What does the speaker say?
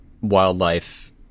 wildlife